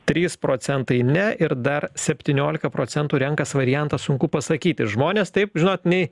trys procentai ne ir dar septyniolika procentų renkasi variantą sunku pasakyti žmonės taip žinot nei